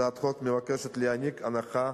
הצעת החוק מבקשת להעניק הנחה